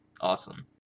Awesome